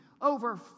Over